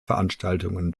veranstaltungen